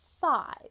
five